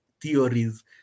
theories